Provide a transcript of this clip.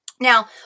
Now